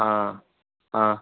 हाँ हाँ